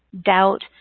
doubt